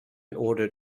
order